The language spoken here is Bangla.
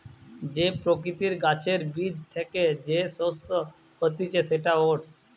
যে প্রকৃতির গাছের বীজ থ্যাকে যে শস্য হতিছে সেটা ওটস